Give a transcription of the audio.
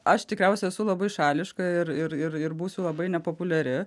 aš tikriausiai esu labai šališka ir ir ir būsiu labai nepopuliari